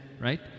right